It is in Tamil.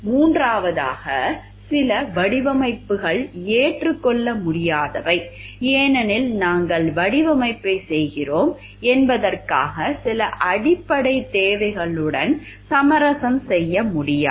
மூன்றாவதாக சில வடிவமைப்புகள் ஏற்றுக்கொள்ள முடியாதவை ஏனெனில் நாங்கள் வடிவமைப்பைச் செய்கிறோம் என்பதற்கான சில அடிப்படைத் தேவைகளுடன் சமரசம் செய்ய முடியாது